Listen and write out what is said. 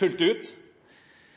fullt ut.